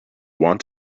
want